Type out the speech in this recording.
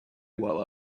while